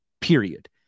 period